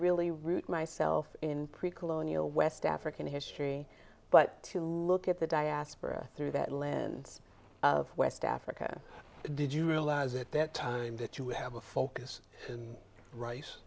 really route myself in pre colonial west african history but to look at the diaspora through that lens of west africa did you realize at that time that you would have a focus and rice